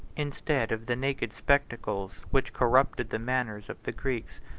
instead of the naked spectacles which corrupted the manners of the greeks,